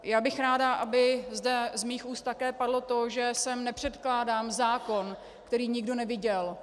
Já bych ráda, aby zde z mých úst také padlo to, že sem nepředkládám zákon, který nikdo neviděl.